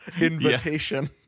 invitation